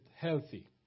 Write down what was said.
healthy